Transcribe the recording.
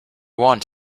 want